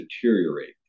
deteriorate